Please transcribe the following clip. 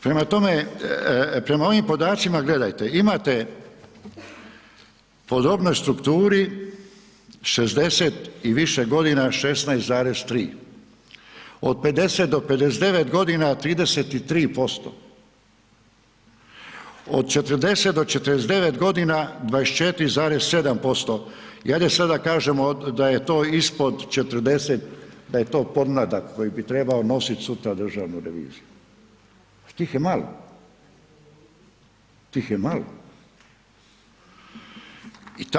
Prema tome, prema ovim podacima, gledajte, imate po dobnoj strukturi, 60 i više godina, 16,3 od 50-59 g. 33% od 40-49 godina, 24,7% i ajde sada kažemo da je to ispod 40, da je to pomladak, koji bi trebao nositi, sutra Državnu reviziju, tih je malo.